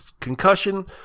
concussion